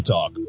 Talk